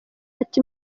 ati